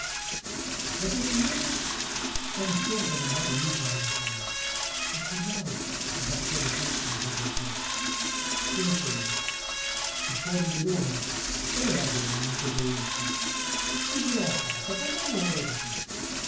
la tua signora s'arrischiò a domandare luca alla fine il currao abbassò la testa e borbottò sono solo è fuori di roma è a roma amico pelletta ti dirò a casa parliamo ora di te